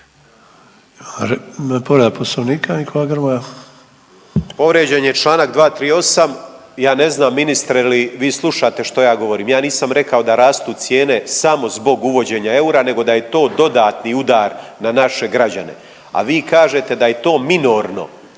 Povrijeđen je čl. 238., ja ne znam ministre je li vi slušate što ja govorim, ja nisam rekao da rastu cijene samo zbog uvođenja eura nego da je to dodatni udar na naše građane, a vi kažete da je to minorno.